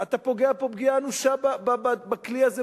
אתה פוגע פה פגיעה אנושה בכלי הזה,